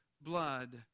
blood